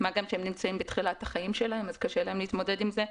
מה גם שהם נמצאים בתחילת החיים שלהם וקשה להם להתמודד עם זה.